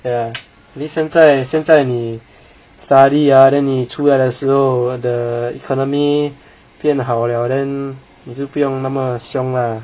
ya at least 现在现在你 study ah then 你出来的时候 the economy 变得好 liao then 你就不用那么凶 ah